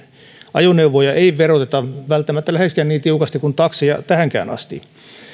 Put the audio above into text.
ajoneuvoja ei veroteta välttämättä läheskään niin tiukasti kuin takseja tähänkään asti